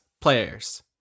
players